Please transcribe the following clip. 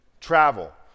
travel